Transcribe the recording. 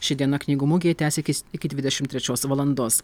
ši diena knygų mugėje tęsikis iki dvidešimt trečios valandos